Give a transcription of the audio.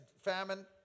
famine